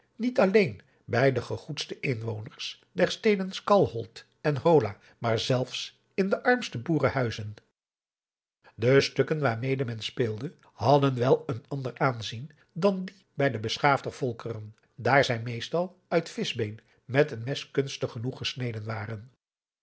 johannes wouter blommesteyn de gegoedste inwoners der steden skalholt en hola maar zelfs in de armste boerenhuizen de stukken waarmede men speelde hadden wel een ander aanzien dan die bij de beschaafdere volkeren daar zij meestal uit vischbeen met een mes kunstig genoeg gesneden waren